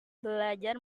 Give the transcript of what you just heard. belajar